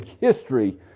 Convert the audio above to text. history